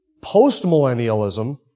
Post-millennialism